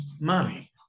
money